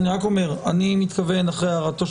אני רק אומר שאני מתכוון אחרי הערתו של